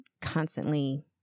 constantly